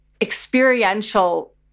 experiential